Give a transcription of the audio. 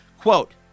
quote